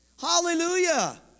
Hallelujah